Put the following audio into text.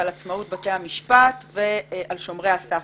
על עצמאות בתי המשפט ועל שומרי הסף.